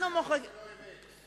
אנחנו, זו לא אמת.